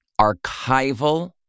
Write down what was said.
archival